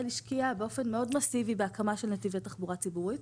השקיעה באופן מאוד מסיבי בהקמה של נתיבי תחבורה ציבורית,